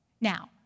Now